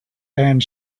and